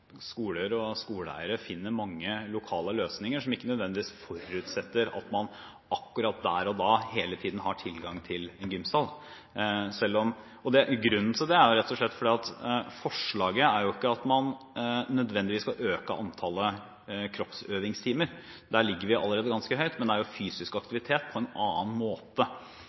skoler og skoleeiere finner mange lokale løsninger som ikke nødvendigvis forutsetter at man akkurat der og da hele tiden har tilgang til en gymsal. Grunnen til det er rett og slett at forslaget er ikke at man nødvendigvis skal øke antallet kroppsøvingstimer – der ligger vi allerede ganske høyt – men det er fysisk aktivitet på en annen måte.